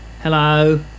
Hello